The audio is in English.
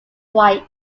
white